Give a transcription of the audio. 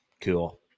Cool